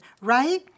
right